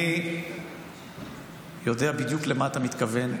אני יודע בדיוק למה אתה מתכוון.